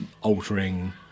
altering